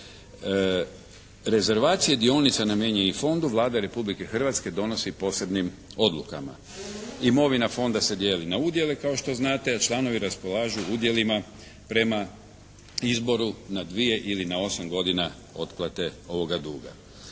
Rezervacije dionica namijenjenih Fondu Vlada Republike Hrvatske donosi posebnim odlukama. Imovina Fonda se dijeli na udjele kao što znate, članovi raspolažu udjelima prema izboru na dvije ili na osam godina otplate ovoga duga